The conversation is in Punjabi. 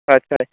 ਅੱਛਾ